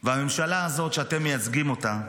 והממשלה הזאת שאתם מייצגים אותה,